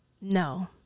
No